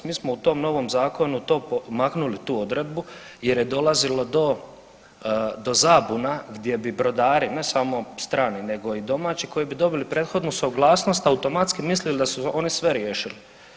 Mi smo to po novom zakonu maknuli tu odredbu jer je dolazilo do zabuna gdje bi brodari ne samo strani, nego i domaći koji bi dobili prethodnu suglasnost automatski mislili da su oni sve riješili.